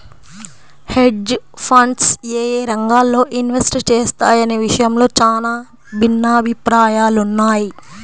hedge funds యేయే రంగాల్లో invest చేస్తాయనే విషయంలో చానా భిన్నాభిప్రాయాలున్నయ్